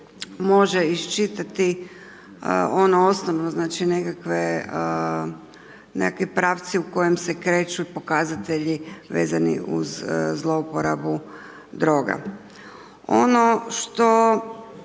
može iščitati ono osnovno znači nekakve, nekakvi pravci u kojim se kreću pokazatelji vezani uz zlouporabu droga. Ono što